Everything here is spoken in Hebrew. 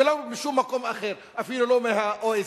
ולא משום מקום אחר, אפילו לא מה-OECD.